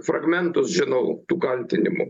fragmentus žinau tų kaltinimų